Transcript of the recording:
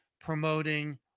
promoting